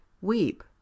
weep